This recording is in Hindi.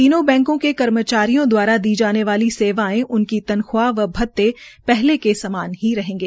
तीन बैंको के कर्मचारियों दवारा दी जाने वाली सेवाएं उनकी वेतन व भत्ते पहले के समान ही रहेगे